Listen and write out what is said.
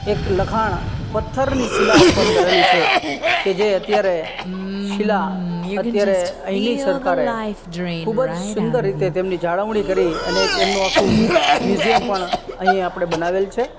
એક લખાણ પથ્થરની શીલા ઉપર કરેલું છે કે જે અત્યારે શીલા અત્યારે અહીંની સરકારે ખૂબ જ સુંદર રીતે તેમની જાળવણી કરી અને એમનું આખું મ્યુઝિયમ પણ અહીં આપણે બનાવેલ છે